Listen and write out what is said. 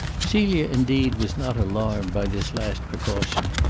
celia, indeed, was not alarmed by this last precaution.